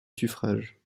suffrages